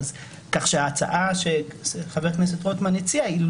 כך שההצעה שחבר הכנסת רוטמן הציע לא